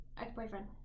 ex-boyfriend